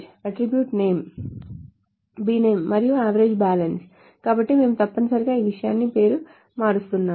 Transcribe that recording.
attributes name bname మరియు avg bal కాబట్టి మేము తప్పనిసరిగా ఆ విషయాన్ని పేరు మారుస్తున్నాము